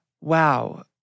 wow